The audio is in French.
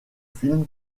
film